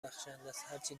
بخشندست، هرچی